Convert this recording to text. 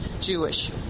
Jewish